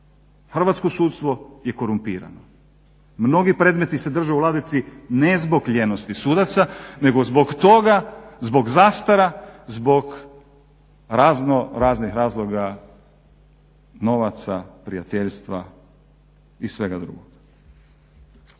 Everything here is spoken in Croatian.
Hrvatsko sudstvo je korumpirano. Mnogi predmeti se drže u ladici ne zbog lijenosti sudaca, nego zbog toga, zbog zastara, zbor razno raznih razloga novaca, prijateljstva i svega drugog.